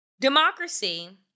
Democracy